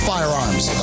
Firearms